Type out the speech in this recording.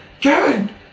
Kevin